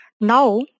Now